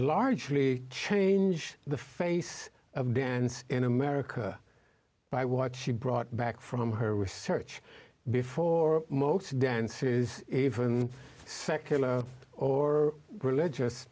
largely change the face of bands in america by watch she brought back from her research before most dances even secular or religious